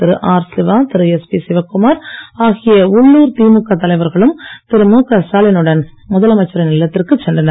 திரு R Siva திரு SP Sivakumar ஆகிய உள்ளுர் திமுக தலைவர்களும் திரு முக ஸ்டாலினுடன் முதலமைச்சரின் இல்லத்திற்கு சென்றனர்